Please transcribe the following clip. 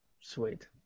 Sweet